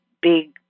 big